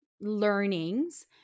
learnings